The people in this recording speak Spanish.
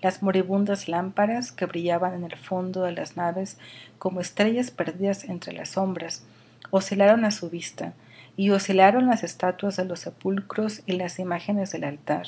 las moribundas lámparas que brillaban en el fondo de las naves como estrellas perdidas entre las sombras oscilaron á su vista y oscilaron las estatuas délos sepulcros y las imágenes del altar